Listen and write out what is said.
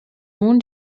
nun